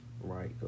Right